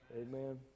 Amen